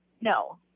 No